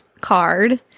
card